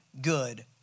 good